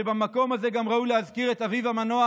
שבמקום הזה גם ראוי להזכיר את אביו המנוח,